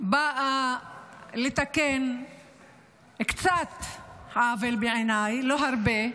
באה לתקן עוול בעיניי, קצת לא הרבה,